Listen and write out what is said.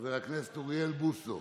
חבר הכנסת אוריאל בוסו,